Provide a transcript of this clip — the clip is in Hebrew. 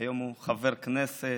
שהיום הוא חבר כנסת,